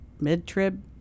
mid-trib